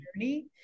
journey